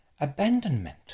abandonment